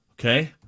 Okay